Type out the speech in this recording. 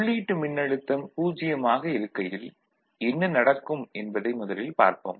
உள்ளீட்டு மின்னழுத்தம் 0 ஆக இருக்கையில் என்ன நடக்கும் என்பதை முதலில் பார்ப்போம்